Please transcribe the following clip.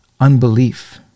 unbelief